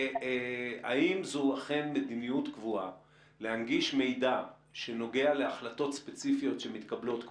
האם זו אכן מדיניות קבועה להנגיש מידע שנוגע להחלטות ספציפיות שמתקבלות?